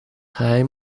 geheim